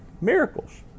miracles